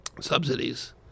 subsidies